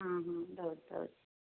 ହଁ ହଁ ଦେଉଛି ଦେଉଛି